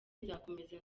nzakomeza